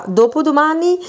dopodomani